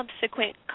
subsequent